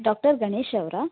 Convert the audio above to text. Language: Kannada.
ಡಾಕ್ಟರ್ ಗಣೇಶ್ ಅವರ